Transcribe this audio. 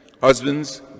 Husbands